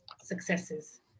successes